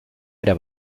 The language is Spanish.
era